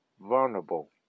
vulnerable